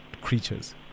creatures